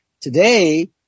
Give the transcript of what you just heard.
Today